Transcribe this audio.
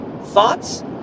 thoughts